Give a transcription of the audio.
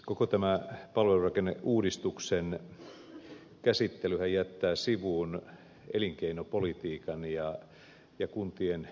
koko tämä palvelurakenneuudistuksen käsittelyhän jättää sivuun elinkeinopolitiikan ja kuntien elinvoimaisuuden